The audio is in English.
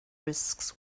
risks